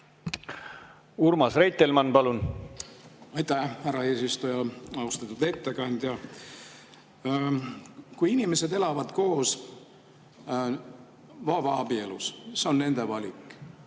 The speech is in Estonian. Urmas Reitelmann, palun! Aitäh, härra eesistuja! Austatud ettekandja! Kui inimesed elavad koos vabaabielus, siis see on nende valik.